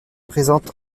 présente